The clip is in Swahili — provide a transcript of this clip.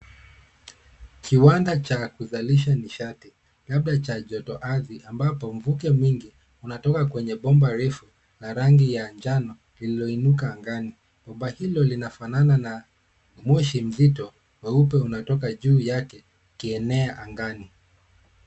Kiwanda cha kuzalisha nishati labda cha joto ardhi ambapo mvuke mwingi unatoka kwenye bomba refu la rangi ya njano lililoinuka angani, bomba hilo linafanana na moshi mzito mweupe unatoka juu yake ukienea angani.